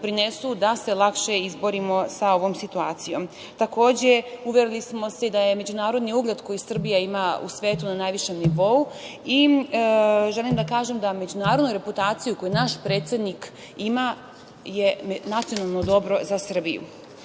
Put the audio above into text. da se lakše izborimo sa ovom situacijom. Takođe, uverili smo se i da je međunarodni … koji Srbija ima u svetu na najvišem nivou i želim da kažem da međunarodnu reputaciji koju naš predsednik ima je nacionalno dobro za Srbiju. Narod